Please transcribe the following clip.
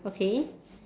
okay